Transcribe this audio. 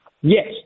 Yes